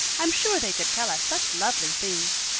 i'm sure they could tell us such lovely things.